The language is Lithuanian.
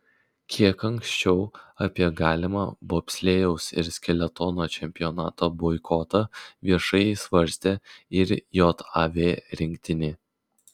kiek anksčiau apie galimą bobslėjaus ir skeletono čempionato boikotą viešai svarstė ir jav rinktinė